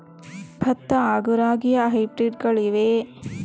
ಭತ್ತ ಹಾಗೂ ರಾಗಿಯ ಹೈಬ್ರಿಡ್ ಗಳಿವೆಯೇ?